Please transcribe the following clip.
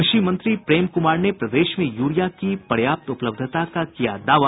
कृषि मंत्री प्रेम क्मार ने प्रदेश में यूरिया की पर्याप्त उपलब्धता का किया दावा